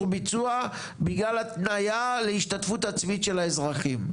ביצוע בגלל התניה להשתתפות עצמית של האזרחים.